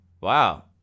Wow